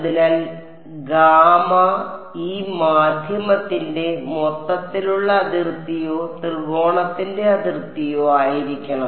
അതിനാൽ ഗാമ ഈ മാധ്യമത്തിന്റെ മൊത്തത്തിലുള്ള അതിർത്തിയോ ത്രികോണത്തിന്റെ അതിർത്തിയോ ആയിരിക്കണം